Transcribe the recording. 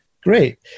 great